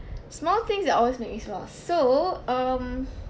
small things that always make me smile so um